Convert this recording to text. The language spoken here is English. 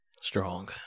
strong